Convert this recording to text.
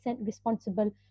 responsible